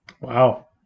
Wow